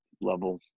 level